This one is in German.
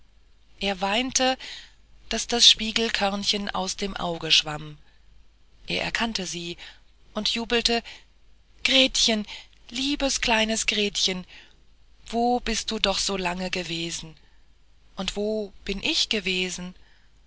er weinte daß das spiegelkörnchen aus dem auge schwamm er erkannte sie und jubelte gretchen liebes kleines gretchen wo bist du doch so lange gewesen und wo bin ich gewesen